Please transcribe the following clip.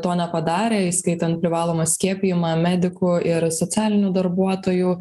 to nepadarė įskaitant privalomą skiepijimą medikų ir socialinių darbuotojų